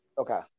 Okay